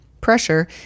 pressure